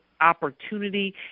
opportunity